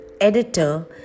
editor